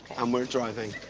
and we're driving.